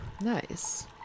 Nice